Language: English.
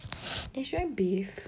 eh should I bathe